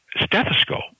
stethoscope